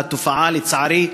לצערי,